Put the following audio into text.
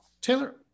Taylor